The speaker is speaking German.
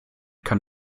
kann